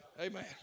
Amen